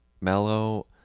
mellow